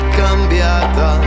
cambiata